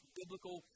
biblical